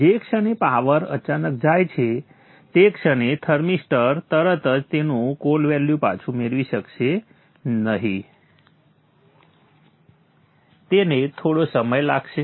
જે ક્ષણે પાવર અચાનક જાય છે તે ક્ષણે થર્મિસ્ટર તરત જ તેનું કોલ્ડ વેલ્યુ પાછું મેળવી શકશે નહીં તેને થોડો સમય લાગશે